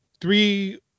Three